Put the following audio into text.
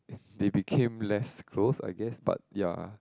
they became less close I guess but ya